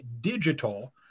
digital